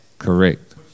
Correct